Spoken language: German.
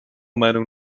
meinung